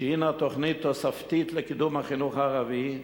שהינה תוכנית תוספתית לקידום החינוך הערבי,